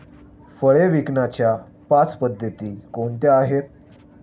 फळे विकण्याच्या पाच पद्धती कोणत्या आहेत?